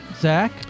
Zach